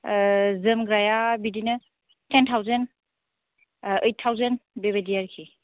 जोमग्राया बिदिनो ten thousand eight thousand बेबायदि आरोखि